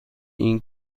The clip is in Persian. این